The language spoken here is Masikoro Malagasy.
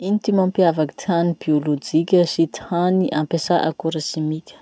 Ino ty mampiavaky ty hany biolojika sy ty hany ampiasà akora simika?